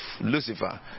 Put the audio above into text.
Lucifer